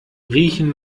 riechen